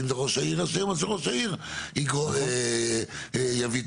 אם זה ראש העיר אז שראש העיר יביא את